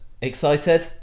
excited